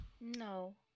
No